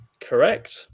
Correct